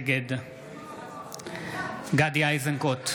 אמיר אוחנה, נגד גדי איזנקוט,